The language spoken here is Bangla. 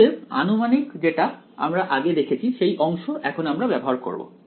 অতএব আনুমানিক যেটা আমরা আগে দেখেছি সেই অংশ এখন আমরা ব্যবহার করব